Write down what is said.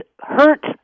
hurt